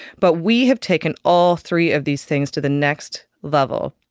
but we have taken all three of these things to the next level.